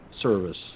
service